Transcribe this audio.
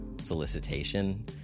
solicitation